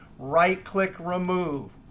right click remove.